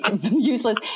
useless